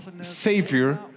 savior